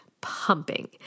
pumping